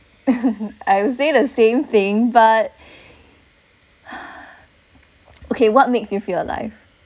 I would say the same thing but okay what makes you feel alive